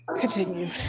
Continue